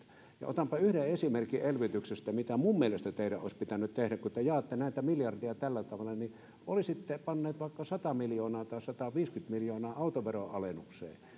ja otanpa yhden esimerkin elvytyksestä mitä minun mielestäni teidän olisi pitänyt tehdä kun te jaatte näitä miljardeja tällä tavalla niin olisitte panneet vaikka sata miljoonaa tai sataviisikymmentä miljoonaa autoveron alennukseen